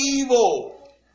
evil